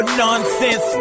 nonsense